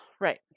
Right